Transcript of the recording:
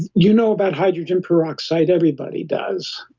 you know about hydrogen peroxide everybody does.